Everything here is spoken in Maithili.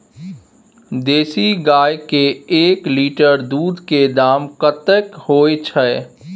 देसी गाय के एक लीटर दूध के दाम कतेक होय छै?